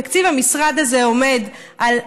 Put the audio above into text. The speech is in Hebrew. תקציב המשרד הזה עומד על,